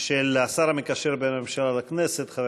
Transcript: של השר המקשר בין הממשלה לכנסת חבר